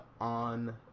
on